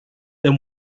than